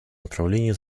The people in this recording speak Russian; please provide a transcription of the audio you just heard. направление